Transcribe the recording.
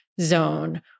zone